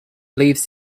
leaves